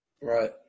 Right